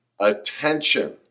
Attention